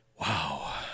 Wow